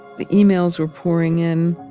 the emails were pouring in.